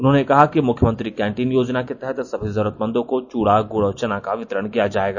उन्होंने कहा कि मुख्यमंत्री कैंटीन योजना के तहत सभी जरूरतमंदों को चूड़ा गुड़ और चना का वितरण किया जाएगा